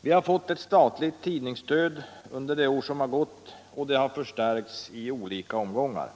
Vi har fått ett statligt tidningsstöd under de år som har gått, och det har förstärkts i olika omgångar.